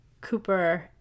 Cooper